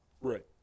Right